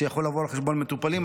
שיכול לבוא על חשבון מטופלים.